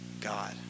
God